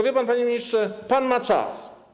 Wie pan, panie ministrze, pan ma czas.